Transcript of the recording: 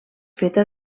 feta